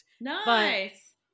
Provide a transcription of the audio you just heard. Nice